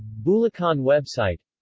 bulacan website